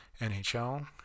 nhl